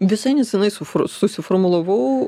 visai neseniai sufur susiformulavau